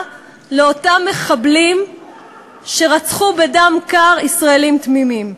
לאותם מחבלים שרצחו בדם קר ישראלים תמימים.